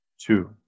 Two